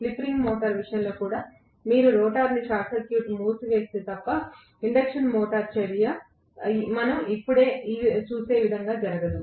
slip ring induction motor విషయంలో కూడా మీరు రోటర్ సర్క్యూట్ను మూసివేస్తే తప్ప ఇండక్షన్ మోటారు చర్య మనం ఇప్పుడే చూసే విధంగా జరగదు